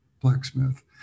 blacksmith